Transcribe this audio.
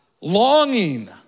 longing